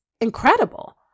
incredible